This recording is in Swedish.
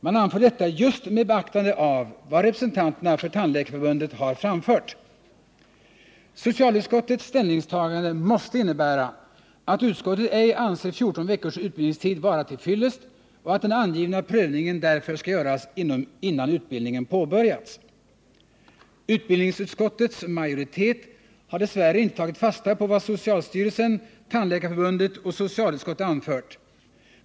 Man anför detta just med beaktande av vad representanterna för Tandläkarförbundet har framfört. Socialutskottets ställningstagande måste innebära att utskottet ej anser 14 veckors utbildningstid vara till fyllest och att den angivna prövningen därför skall göras innan utbildningen påbörjats. Utbildningsutskottets majoritet har dess värre inte tagit fasta på vad socialstyrelsen, Tandläkarförbundet och socialutskottet anfört.